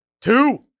Two